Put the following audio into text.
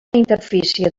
interfície